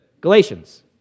Galatians